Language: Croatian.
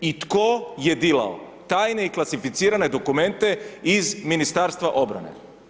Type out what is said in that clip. I tko je dilao tajne i klasificirane dokumente iz Ministarstva obrane?